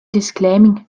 disclaiming